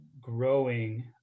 growing